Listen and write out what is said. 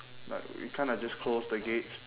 uh we kind of just close the gates